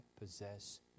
possess